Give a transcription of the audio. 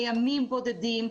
לימים בודדים,